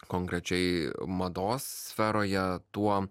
konkrečiai mados sferoje tuo